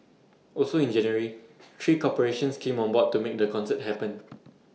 also in January three corporations came on board to make the concert happen